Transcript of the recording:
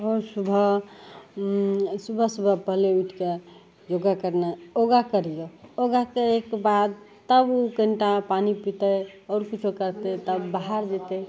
रोज सुबह सुबह सुबह पहिले उठिके योगा करना योगा करियै योगा करयके बाद तब उ कनिटा पानि पीतय आओर कुछो करय तब बाहर जेतय